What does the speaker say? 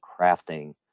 crafting